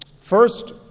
First